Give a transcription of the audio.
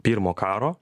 pirmo karo